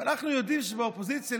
ואנחנו יודעים שלפעמים